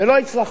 ולא הצלחתי.